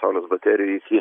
saulės baterijų iki